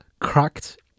cracked